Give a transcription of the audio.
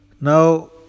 now